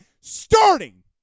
starting